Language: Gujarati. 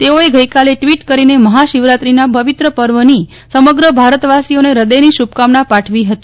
તેઓએ ગઈકાલે ટવીટ કરીને મહાશીવરાત્રીના પવિત્ર પર્વની સમગ્ર ભારતવાસીઓને હૃદયની શુભકામના પાઠવી હતી